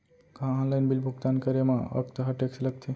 का online bill भुगतान करे मा अक्तहा टेक्स लगथे?